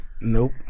nope